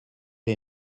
les